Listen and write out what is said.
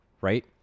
Right